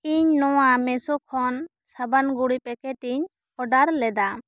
ᱤᱧ ᱱᱚᱣᱟ ᱢᱮᱥᱚ ᱠᱷᱚᱱ ᱥᱟᱵᱟᱱ ᱜᱩᱲᱤ ᱯᱮᱠᱮᱴᱤᱧ ᱳᱰᱟᱨ ᱞᱮᱫᱟ